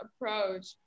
approach